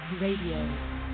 Radio